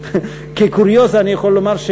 כקוריוז אני יכול לומר,